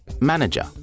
Manager